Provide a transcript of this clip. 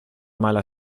mala